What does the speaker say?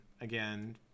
again